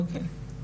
אוקיי.